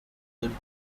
bullet